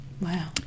Wow